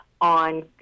on